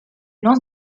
lance